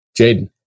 Jaden